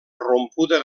rompuda